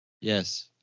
yes